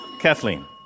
Kathleen